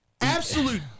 Absolute